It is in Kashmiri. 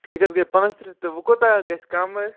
ٹھیٖک حظ گٔے پانٛژھ تٕرٛہ تہٕ وۄنۍ کوٗتاہ گژھِ کَم حظ